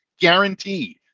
guaranteed